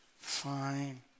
Fine